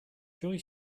joy